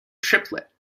triplet